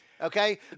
Okay